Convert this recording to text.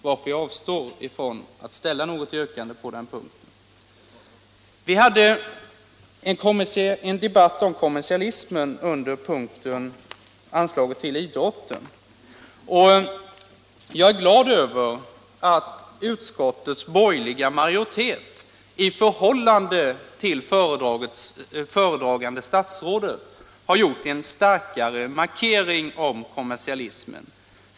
Jag avstår därför ifrån att ställa något yrkande på den punkten. Under punkten Stöd till idrotten hade vi en debatt om kommersialismen. Jag är glad över att utskottets borgerliga majoritet jämfört med det föredragande statsrådet har gjort en starkare markering av kommersialismen.